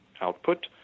output